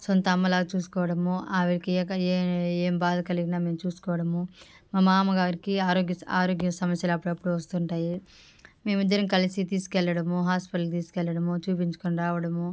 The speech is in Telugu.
సొంత అమ్మలాగ చూసుకోవడము ఆవిడకి ఎక ఏ ఏం భాద కలిగినా మేం చూసుకోవడము మా మామగారికి ఆరోగ్య స ఆరోగ్య సమస్యలు అప్పుడప్పుడు వస్తుంటాయి మేమిద్దరం కలిసి తీసుకెళ్లడము హాస్పిటల్కి తీసుకెళ్లడము చూపించుకొని రావడము